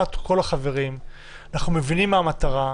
אנחנו מבינים מה המטרה.